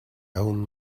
own